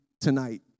tonight